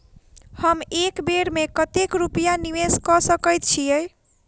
हम एक बेर मे कतेक रूपया निवेश कऽ सकैत छीयै?